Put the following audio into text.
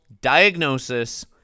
diagnosis